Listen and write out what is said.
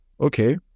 okay